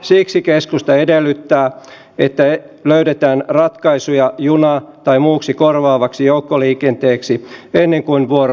siksi keskusta edellyttää että löydetään ratkaisuja juna tai muuksi korvaavaksi joukkoliikenteeksi ennen kuin vuorot lakkaavat